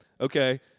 Okay